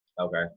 Okay